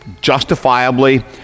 justifiably